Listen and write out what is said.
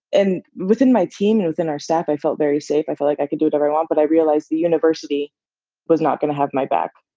and within my team and within our staff, i felt very safe. i felt like i could do whatever i want, but i realized the university was not gonna have my back.